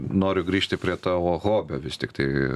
noriu grįžti prie tavo hobio vis tiktai